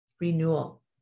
Renewal